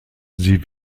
sie